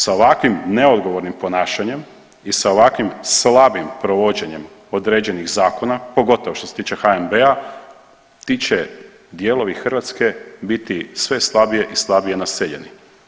Sa ovakvim neodgovornim ponašanjem i sa ovakvim slabim provođenjem određenih zakona, pogotovo što je tiče HNB-a, ti će dijelovi Hrvatske biti sve slabije i slabije naseljeni.